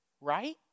right